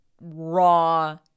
raw